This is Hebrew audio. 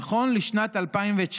נכון לשנת 2019,